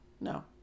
No